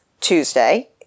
Tuesday